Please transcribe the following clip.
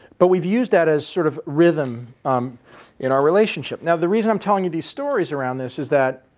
but we've used that as sort of rhythm um in our relationship. now the reason i'm telling you these stories around this is that,